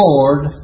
Lord